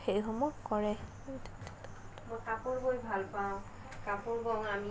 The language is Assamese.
সেইসমূহ কৰে